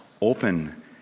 open